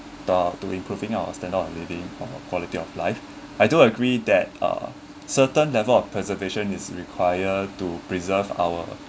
uh to improving our standard of living uh quality of life I do agree that uh certain level of preservation is require to preserve our